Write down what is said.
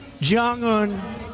Jong-un